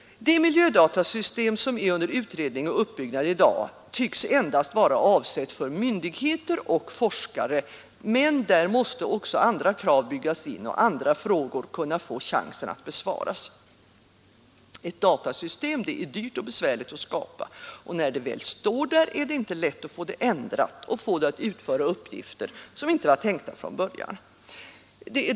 Det miljödatasystem som är under utredning och uppbyggnad i dag tycks endast vara avsett för myndigheter och forskare, men där måste också andra krav byggas in och andra frågor kunna få chansen att besvaras. Ett datasystem är dyrt och besvärligt att skapa, och när det väl står där är det inte lätt att få det ändrat och få det att utföra uppgifter som inte var tänkta från början.